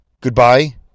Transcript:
Goodbye